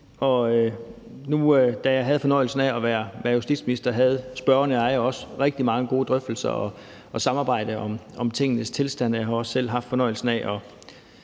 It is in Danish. da jeg havde fornøjelsen af at være justitsminister, havde spørgeren og jeg også rigtig mange gode drøftelser og et godt samarbejde om tingenes tilstand.